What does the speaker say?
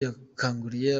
yakanguriye